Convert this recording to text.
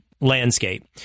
Landscape